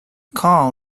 call